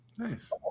Nice